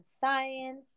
science